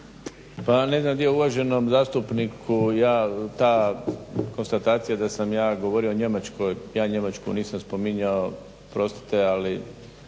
Pa ne znam otkud je uvaženom zastupniku ta konstatacija da sam ja govorio o Njemačkoj? Ja Njemačku nisam spominjao, oprostite ali